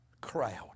crowd